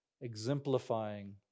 exemplifying